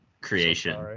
creation